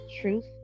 truth